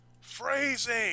Phrasing